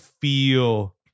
feel